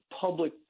public